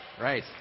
right